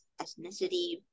ethnicity